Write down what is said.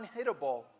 unhittable